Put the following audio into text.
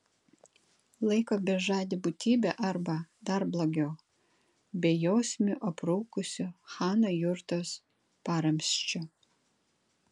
laiko bežade būtybe arba dar blogiau bejausmiu aprūkusiu chano jurtos paramsčiu